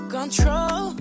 Control